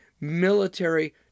military